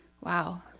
Wow